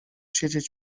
siedzieć